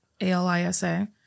A-L-I-S-A